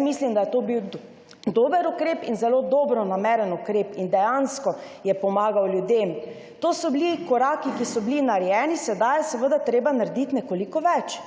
mislim, da je bil to dober ukrep iz zelo dobronameren ukrep. In dejansko je pomagal ljudem. To so bili koraki, ki so bili narejeni, sedaj je seveda treba narediti nekoliko več.